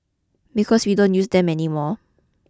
because we don't use them anymore